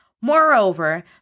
Moreover